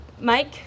mike